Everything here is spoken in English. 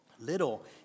Little